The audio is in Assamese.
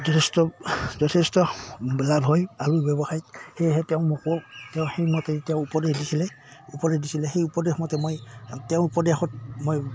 যথেষ্ট যথেষ্ট লাভ হয় আৰু ব্যৱসায়িক সেয়েহে তেওঁ মোকো তেওঁ সেইমতে তেওঁ উপদেশ দিছিলে উপদেশ দিছিলে সেই উপদেশমতে মই তেওঁৰ উপদেশত মই